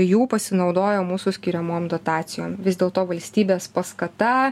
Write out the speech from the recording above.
jų pasinaudojo mūsų skiriamom dotacijom vis dėlto valstybės paskata